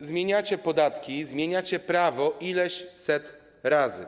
zmieniacie podatki, zmieniacie prawo setki razy.